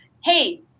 Hey